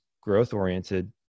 growth-oriented